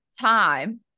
time